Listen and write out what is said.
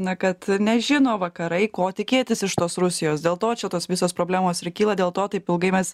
na kad nežino vakarai ko tikėtis iš tos rusijos dėl to čia tos visos problemos ir kyla dėl to taip ilgai mes